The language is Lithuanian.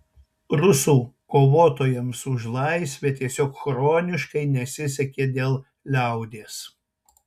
rusų kovotojams už laisvę tiesiog chroniškai nesisekė dėl liaudies